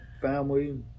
family